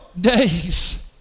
days